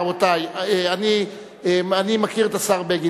רבותי, אני מכיר את השר בגין.